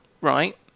Right